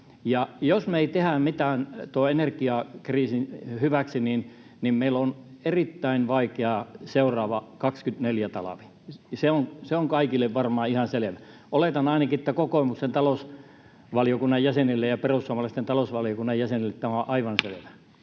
jos me ei tehdä mitään tuon energiakriisin hyväksi, niin meillä on erittäin vaikea seuraava 24-talvi. Se on kaikille varmaan ihan selvä. Oletan, että ainakin kokoomuksen talousvaliokunnan jäsenille ja perussuomalaisten talousvaliokunnan jäsenille tämä on aivan selvä.